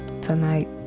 tonight